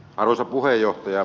arvoisa puheenjohtaja